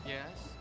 Yes